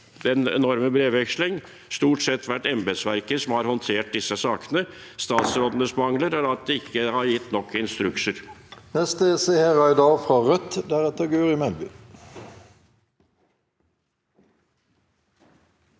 den enorme brevveksling her, har det stort sett vært embetsverket som har håndtert disse sakene. Statsrådenes mangler er at de ikke har gitt nok instrukser.